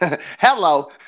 hello